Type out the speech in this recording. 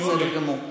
בסדר גמור.